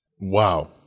Wow